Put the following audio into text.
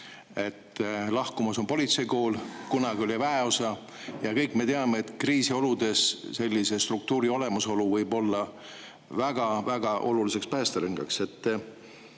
lahkumas on politseikool, kunagi oli väeosa. Ja nüüd me teame, et kriisioludes võib sellise struktuuri olemasolu olla väga-väga oluline päästerõngas.